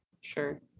sure